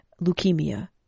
leukemia